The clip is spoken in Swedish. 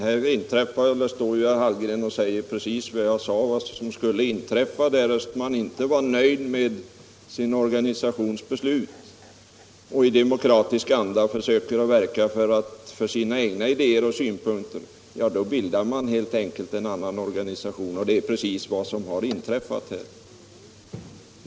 Herr talman! Här står herr Hallgren och säger precis vad jag sade skulle inträffa därest man inte var nöjd med sin organisations beslut utan i stället i demokratisk anda försökte verka för sina egna idéer och synpunkter. Då bildar man helt enkelt en annan organisation, och det är 101 precis vad som har inträffat.